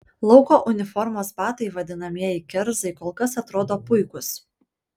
lauko uniformos batai vadinamieji kerzai kol kas atrodo puikūs